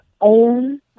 own